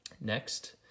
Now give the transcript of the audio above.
Next